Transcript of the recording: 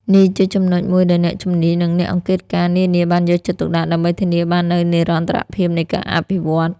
នេះជាចំណុចមួយដែលអ្នកជំនាញ និងអ្នកអង្កេតការណ៍នានាបានយកចិត្តទុកដាក់ ដើម្បីធានាបាននូវនិរន្តរភាពនៃការអភិវឌ្ឍន៍។